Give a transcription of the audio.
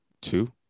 two